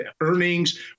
earnings